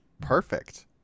Perfect